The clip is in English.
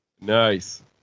Nice